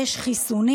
יש חיסונים.